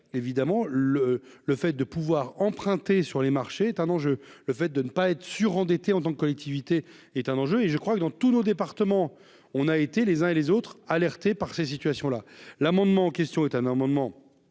évidemment le, le fait de pouvoir emprunter sur les marchés est un enjeu, le fait de ne pas être surendettés en tant collectivité est un enjeu et je crois que dans tous nos départements, on a été les uns et les autres, alerté par ces situations-là, l'amendement en question est un un moment